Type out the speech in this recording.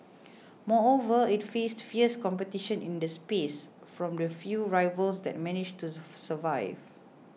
moreover it faced fierce competition in the space from the few rivals that managed to survive